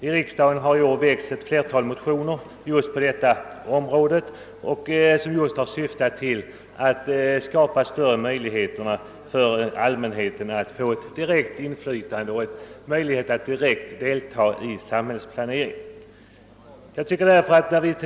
I riksdagen har i år väckts ett flertal motioner på detta område syftande till att skapa större möjligheter för allmänheten att få deltaga i och därmed utöva direkt inflytande på samhällsplaneringen.